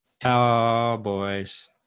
Cowboys